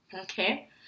Okay